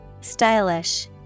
Stylish